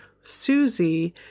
Susie